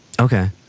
Okay